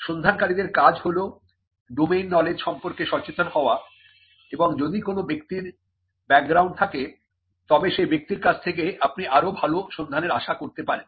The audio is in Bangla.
সন্ধানকারীদের কাজ হল ডোমেইন নলেজ সম্পর্কে সচেতন হওয়া এবং যদি কোন ব্যক্তির ব্যাকগ্রাউন্ড থাকে তবে সেই ব্যক্তির কাছ থেকে আপনি আরো ভালো সন্ধানের আশা করতে পারেন